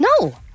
No